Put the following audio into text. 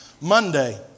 Monday